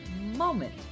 moment